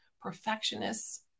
Perfectionists